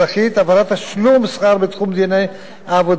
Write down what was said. הפרת תשלום שכר בתחום דיני עבודה קשורה